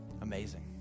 Amazing